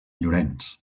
llorenç